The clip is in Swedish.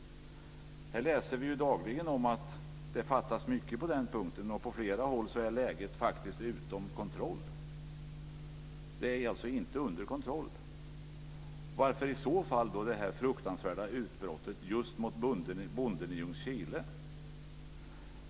Här läser vi dagligen om att det fattas mycket på den punkten. På flera håll är läget faktiskt utom kontroll. Det är alltså inte under kontroll. Varför i så fall detta fruktansvärda utbrott just mot bonden i Ljungskile?